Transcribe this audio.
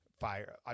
fire